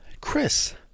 Chris